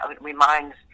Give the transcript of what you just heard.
reminds